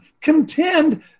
contend